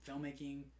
filmmaking